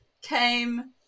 came